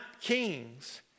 kings